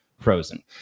frozen